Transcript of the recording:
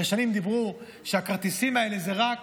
הרי שנים דיברו על כך שהכרטיסים האלה זה רק